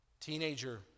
Teenager